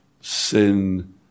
sin